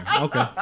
okay